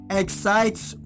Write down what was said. excites